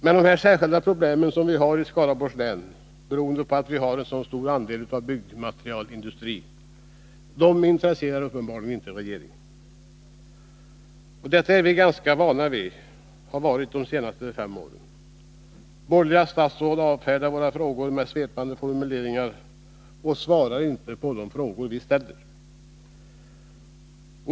Men de särskilda problem vi har i Skaraborgs län, beroende på att vi har så stor andel av byggmaterialindustrin, intresserar uppenbarligen inte regeringen. Därför har vi under de senaste fem åren blivit ganska vana vid att borgerliga statsråd avfärdar våra frågor med svepande formuleringar eller inte svarar på de frågor vi ställer.